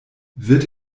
wird